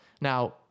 Now